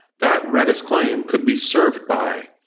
that redis claim could be served by